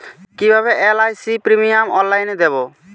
কিভাবে LIC premium অনলাইনে দেবো?